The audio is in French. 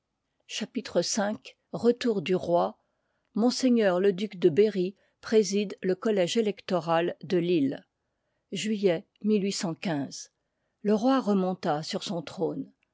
chapitre v retour du rolms le duc de berrj préside le collège électoral de lille lull le roi remonta sur son trône